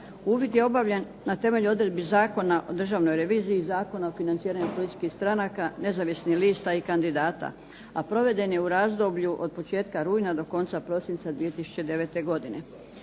Uvid je obavljen na temelju odredbi Zakona o Državnoj reviziji, Zakona o financiranju političkih stranaka, nezavisnih lista i kandidata, a proveden je u razdoblju od početka rujna do konca prosinca 2009. godine.